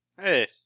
Hey